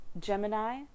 Gemini